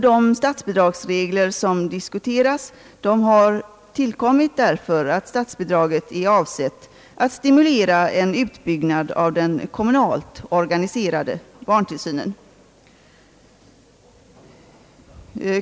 De statsbidragsregler som diskuterats har tillkommit därför att statsbidraget är avsett att stimulera en utbyggnad av den kommunalt organiserade barntillsynen.